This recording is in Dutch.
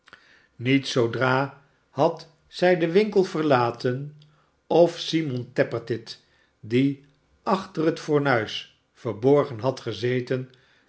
niet zoodra had zij den winkel verlaten of simon tappertit die achter het fornuis verborgen had gezeten